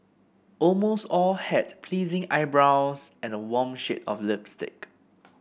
almost all had pleasing eyebrows and a warm shade of lipstick